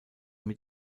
mit